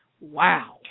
Wow